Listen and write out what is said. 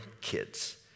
kids